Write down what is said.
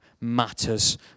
matters